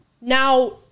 now